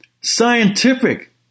scientific